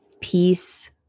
peace